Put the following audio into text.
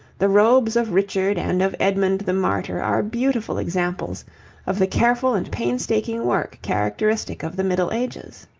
the robes of richard and of edmund the martyr are beautiful examples of the careful and painstaking work characteristic of the middle ages.